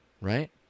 right